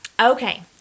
Okay